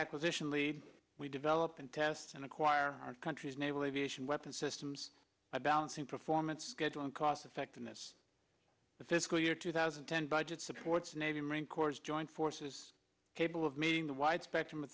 acquisition lead we develop and test and acquire our country's naval aviation weapons systems by balancing performance and cost effectiveness the fiscal year two thousand and ten budget supports navy marine corps joint forces capable of meeting the wide spectrum of